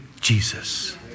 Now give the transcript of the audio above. Jesus